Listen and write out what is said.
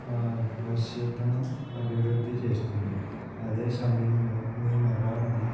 భవిష్యత్తును అభివృద్ధి చేస్తుంది అదే సమయంలో మీ నరాలను